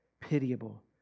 pitiable